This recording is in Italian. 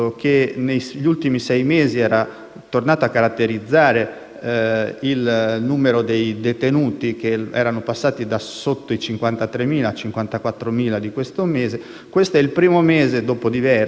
tornato a caratterizzare il numero dei detenuti - che erano passati da sotto i 53.000 ai 54.000 di questo mese - questo è il primo mese, se